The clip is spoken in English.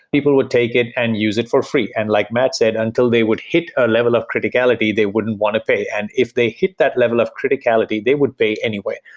people would take it and use it for free. and like matt said, until they would hit a level of criticality, they would want to pay. and if they hit that level of criticality, they would pay anyway.